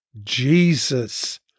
Jesus